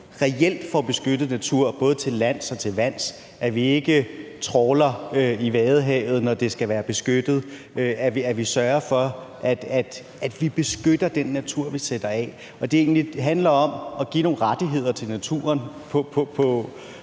reelt får beskyttet naturen både til lands og til vands, at vi ikke trawler i Vadehavet, når det skal være beskyttet, at vi sørger for, at vi beskytter den natur, vi sætter af. Det handler om at give nogle rettigheder til naturen på